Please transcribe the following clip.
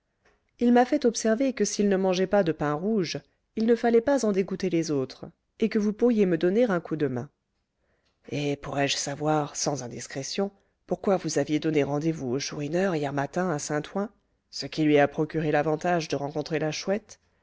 il m'a fait observer que s'il ne mangeait pas de pain rouge il ne fallait pas en dégoûter les autres et que vous pourriez me donner un coup de main et pourrais-je savoir sans indiscrétion pourquoi vous aviez donné rendez-vous au chourineur hier matin à saint-ouen ce qui lui a procuré l'avantage de rencontrer la chouette